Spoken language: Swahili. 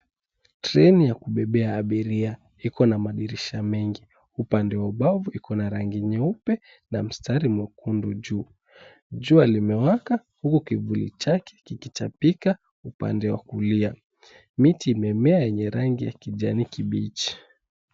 Treni ya kubebea abiria iko na madirisha mengi. Upande wa ubavu iko na rangi nyeupe na mstari mwekundu juu. Jua limewaka huku kivuli chake kikichapika upande wa kulia. Miti imemea yenye rangi ya kijani kibichi.